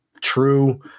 true